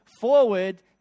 forward